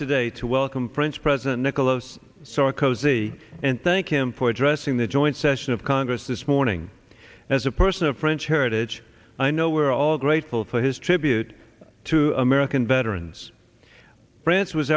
today to welcome french president nicholas so a cozy and thank him for addressing the joint session of congress this morning as a person of french heritage i know we're all grateful for his tribute to american veterans prince was